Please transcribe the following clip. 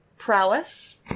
Prowess